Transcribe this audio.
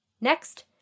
Next